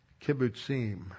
kibbutzim